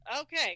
okay